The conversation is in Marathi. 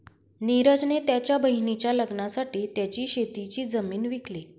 निरज ने त्याच्या बहिणीच्या लग्नासाठी त्याची शेतीची जमीन विकली